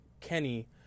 Kenny